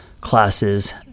classes